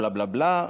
בלה בלה בלה.